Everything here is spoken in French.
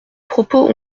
propos